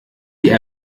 die